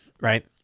right